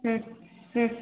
ಹ್ಞೂ ಹ್ಞೂ